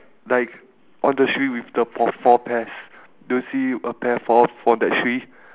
like on the tree with the four four pears do you see a pear fall off for that tree